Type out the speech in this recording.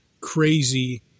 crazy